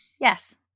Yes